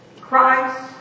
Christ